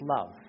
love